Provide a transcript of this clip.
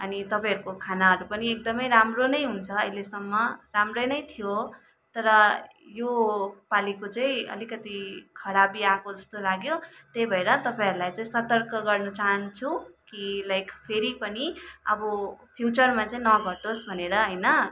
अनि तपाईँहरूको खानाहरू पनि एकदमै राम्रो नै हुन्छ अहिलेसम्म राम्रै नै थियो तर योपालीको चाहिँ अलिकति खराबी आएको जस्तो लाग्यो त्यही भएर तपाईँहरूलाई सतर्क गर्न चाहन्छु कि लाइक फेरि पनि अब फ्युचरमा चाहिँ नघटोस् भनेर होइन